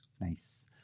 Nice